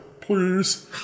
please